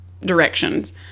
directions